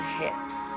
hips